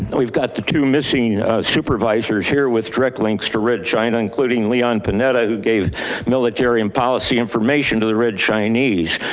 and we've got the two missing supervisors here with direct links to red china, including leon panetta, who gave military and policy information to the red chinese.